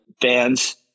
fans